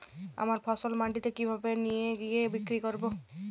আমার ফসল মান্ডিতে কিভাবে নিয়ে গিয়ে বিক্রি করব?